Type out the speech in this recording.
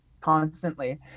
constantly